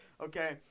Okay